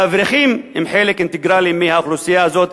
האברכים הם חלק אינטגרלי של האוכלוסייה הזאת,